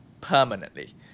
permanently